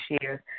years